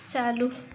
چالو